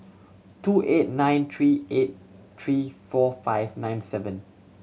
two eight nine three eight three four five nine seven